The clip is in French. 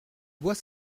bois